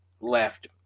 left